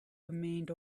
remained